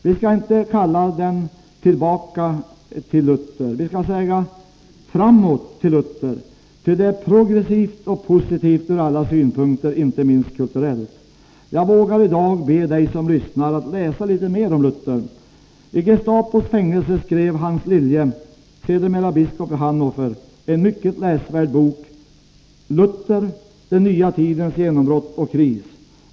Vi skall inte kalla den ”Tillbaka till Luther”. Vi kan säga ”Framåt till Luther” — ty det är progressivt och positivt ur alla synpunkter, inte minst ur kulturell synpunkt. Jag vågar i dag be dig som lyssnar att läsa litet mer om Luther. I Gestapos fängelse skrev Hanns Lilje, sedermera biskop i Hannover, en mycket läsvärd bok: Luther — den nya tidens genombrott och kris.